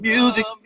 Music